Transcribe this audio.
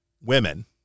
women